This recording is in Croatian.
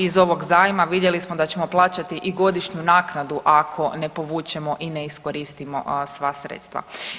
Iz ovog zajma vidjeli smo da ćemo plaćati i godišnju naknadu ako ne povučemo i ne iskoristimo sva sredstva.